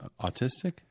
autistic